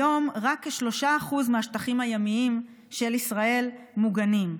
היום רק כ-3% מהשטחים הימיים של ישראל מוגנים.